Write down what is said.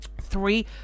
three